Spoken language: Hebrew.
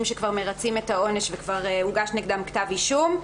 שכבר מרצים את העונש וכבר הוגש נגדם כתב אישום,